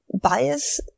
bias